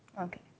Okay